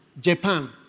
Japan